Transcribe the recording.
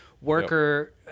worker